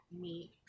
meat